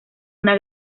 una